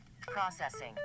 Processing